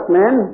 men